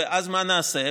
ואז מה נעשה?